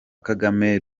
kagame